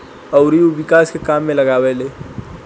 अउरी उ विकास के काम में लगावेले